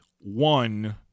one